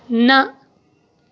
نہ